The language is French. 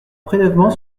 prélèvement